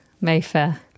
Mayfair